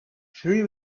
three